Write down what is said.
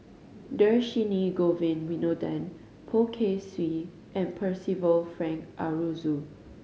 Dhershini Govin Winodan Poh Kay Swee and Percival Frank Aroozoo